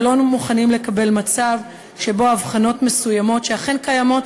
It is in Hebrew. ולא מוכנים לקבל מצב שבו הבחנות מסוימות שאכן קיימות